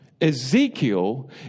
ezekiel